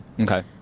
okay